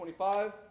25